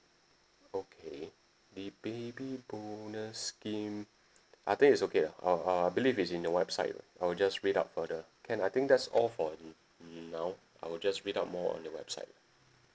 okay the baby bonus scheme I think it's okay lah I'll I believe it's in your website I'll just read up for the can I think that's all for mm mm now I'll just read up more on your website